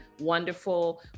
wonderful